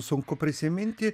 sunku prisiminti